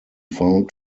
found